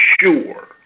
sure